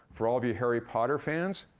for all of you harry potter fans,